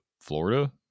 Florida